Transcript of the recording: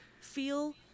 feel